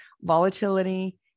Volatility